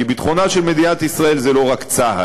כי ביטחונה של מדינת ישראל זה לא רק צה"ל.